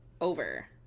over